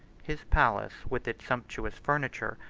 his palace with its sumptuous furniture,